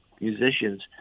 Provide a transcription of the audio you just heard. musicians